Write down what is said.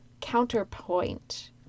counterpoint